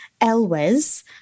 Elwes